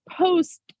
post